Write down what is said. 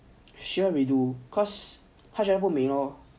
sure we do cause 他觉得不美 lor